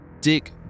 Dick